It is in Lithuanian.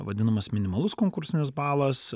vadinamas minimalus konkursinis balas